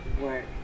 work